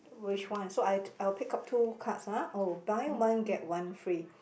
which one so I'd I'll pick up two cards ah oh buy one get one free